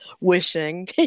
wishing